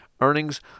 earnings